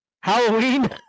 Halloween